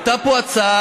הייתה פה הצעה,